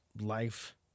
life